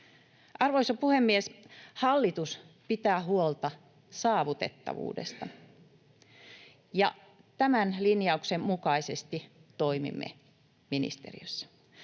Arvoisa puhemies! Hallitus pitää huolta saavutettavuudesta, ja tämän linjauksen mukaisesti toimimme ministeriössä.